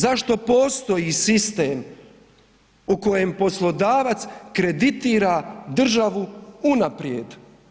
Zašto postoji sistem u kojem poslodavac kreditira državu unaprijed?